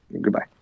Goodbye